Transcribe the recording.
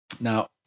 Now